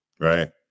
right